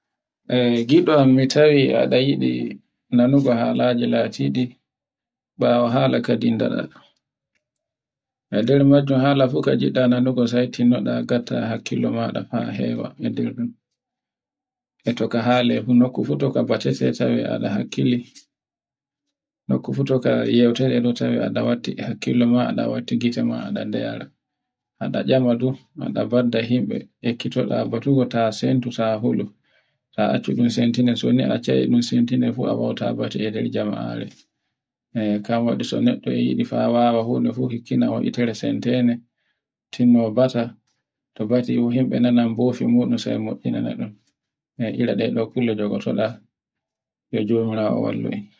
E giɗo am mi tawi a yiɗi nanugo halaji latiɗi ɓawo hala kadin dara. e nder majum hala fuf ka jiɗɗa nanugo sai tinnoɗa ngatta halliko maɗa haa hewa e nder, e toko hala yehu nokku toku bate tawe bano hakkili, noko fu bano yawtere no tawe bano nda watti e hakkilo ma, nda watti gite maɗa nder, a ɗa badda yimbe, ekkito ɗa ba sugo santu sa hulu, hae so un semtina soni a tawe ba ɗun santina fu a bautaye e nder jama'are ka waɗi so neɗɗo yiɗi yi faa wawa funa fu hitere sandene, tinnewo bata, to bati yimbe nana mbofi muɗum sambina mo'ina num, e ire ɗe dow kulle njoɗota. jomirawo wallu en.